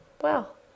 well